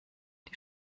die